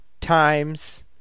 times